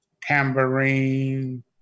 Tambourine